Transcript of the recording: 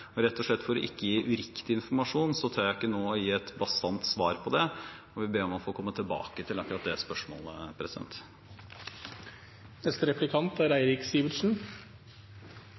prosjektet. Rett og slett for ikke å gi uriktig informasjon tør jeg ikke nå å gi et bastant svar på det, men vil be om å få komme tilbake til akkurat det spørsmålet. Jeg merket meg at statsråden understreket at dette er